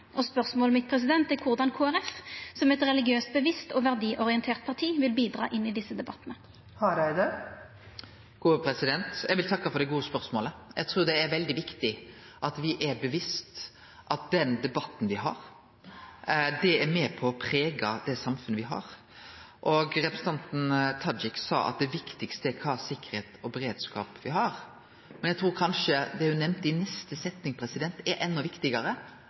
og kva me står for i dette landet. Spørsmålet mitt er korleis Kristeleg Folkeparti som eit religiøst bevisst og verdiorientert parti vil bidra inn i desse debattane. Eg vil takke for det gode spørsmålet. Eg trur det er veldig viktig at me er bevisste på at den debatten me har, er med på å prege det samfunnet me har. Representanten Tajik sa at det viktigaste er kva for sikkerheit og beredskap me har, men eg trur kanskje det ho nemnde i neste setning, er enda viktigare: